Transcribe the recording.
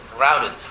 routed